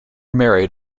married